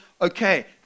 okay